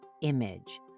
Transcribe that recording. Image